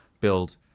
build